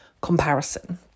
comparison